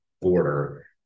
border